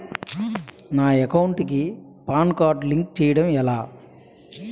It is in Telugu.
నా అకౌంట్ కు పాన్ కార్డ్ లింక్ చేయడం ఎలా?